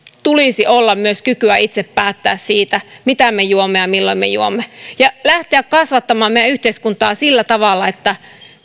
tulisi olla myös kykyä itse päättää siitä mitä me juomme ja milloin me juomme ja lähteä kasvattamaan meidän yhteiskuntaamme sillä tavalla että